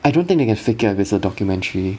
I don't think they can fake it if its a documentary